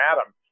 adam